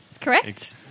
Correct